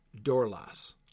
dorlas